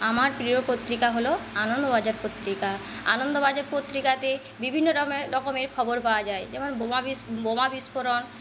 আমার প্রিয় পত্রিকা হল আনন্দবাজার পত্রিকা আনন্দবাজার পত্রিকাতে বিভিন্ন রক রকমের খবর পাওয়া যায় যেমন বোমা বোমা বিস্ফোরণ